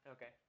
Okay